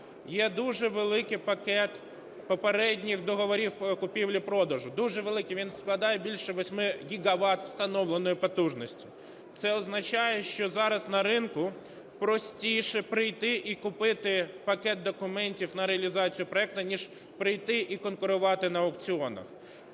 Є дуже великий пакет попередніх договорів купівлі-продажу, дуже великий. Він складає більше 8 гігават встановленої потужності. Це означає, що зараз на ринку простіше прийти і купити пакет документів на реалізацію проекту ніж прийти і конкурувати на аукціонах.